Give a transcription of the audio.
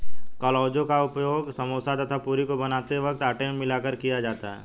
कलौंजी का उपयोग समोसा तथा पूरी को बनाते वक्त आटे में मिलाकर किया जाता है